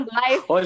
life